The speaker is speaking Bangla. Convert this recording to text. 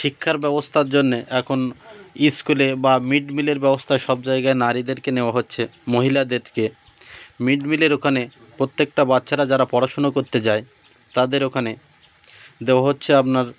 শিক্ষার ব্যবস্থার জন্যে এখন স্কুলে বা মিড ডে মিলের ব্যবস্থা সব জায়গায় নারীদেরকে নেওয়া হচ্ছে মহিলাদেরকে মিড মিলের ওখানে প্রত্যেকটা বাচ্চারা যারা পড়াশুনো কতেে যায় তাদের ওখানে দেওয়া হচ্ছে আপনার